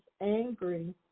angry